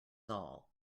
all